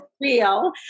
real